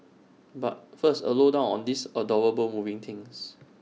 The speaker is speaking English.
but first A low down on these adorable moving things